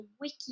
wiki